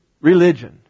religion